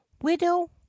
widow